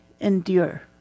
endure